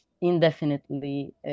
indefinitely